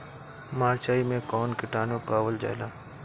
मारचाई मे कौन किटानु पावल जाला?